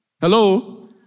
Hello